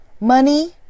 Money